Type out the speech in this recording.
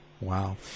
Wow